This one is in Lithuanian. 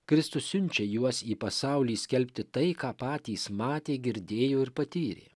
kristus siunčia juos į pasaulį skelbti tai ką patys matė girdėjo ir patyrė